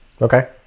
Okay